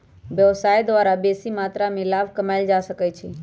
व्यवसाय द्वारा बेशी मत्रा में लाभ कमायल जा सकइ छै